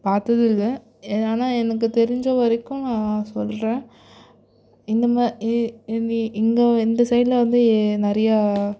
பார்த்ததில்ல என்னான்னால் எனக்கு தெரிஞ்ச வரைக்கும் நான் சொல்கிறேன் இந்த மா இ இந்தி இங்கே இந்த சைடில் வந்து நிறையா